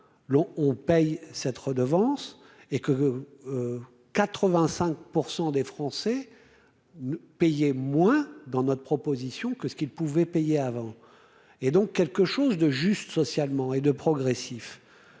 on paye cette redevance et que 85 % des Français ne payer moins dans notre proposition, que ce qu'ils pouvaient payer avant et donc quelque chose de juste socialement et 2 progressif